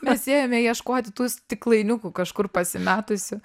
mes ėjome ieškoti tų stiklainiukų kažkur pasimetusių